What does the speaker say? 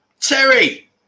terry